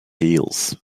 pills